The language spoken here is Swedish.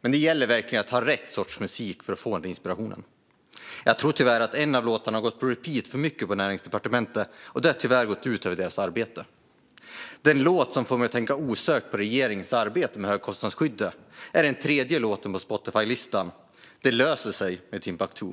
Men det gäller verkligen att ha rätt sorts musik för att få den inspirationen. Jag tror att en av låtarna har gått på repeat för mycket på Näringsdepartementet, och det har tyvärr gått ut över deras arbete. Den låt som får mig att osökt tänka på regeringens arbete med högkostnadsskyddet är den tredje låten på Spotifylistan, Det L öser S ej med Timbuktu.